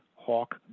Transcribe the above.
hawk